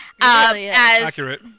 Accurate